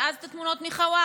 ואז את התמונות מחווארה,